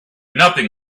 nothing